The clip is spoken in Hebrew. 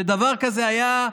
שדבר כזה היה,